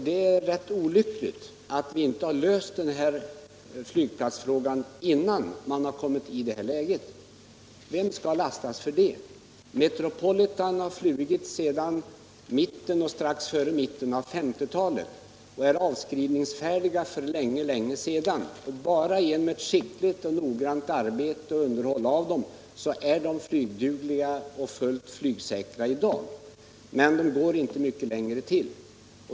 Det är rätt olyckligt att vi inte har löst den här flygplatsfrågan innan vi hamnat i detta läge. Vem skall lastas för det? Metropolitan har flugit sedan strax före mitten av 1950-talet och är avskrivningsfärdig för länge sedan. Bara genom ett skickligt och noggrant arbete och underhåll av dessa flygplan är de flygdugliga och fullt Nygsäkra i dag. Men de går inte mycket längre till.